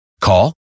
Call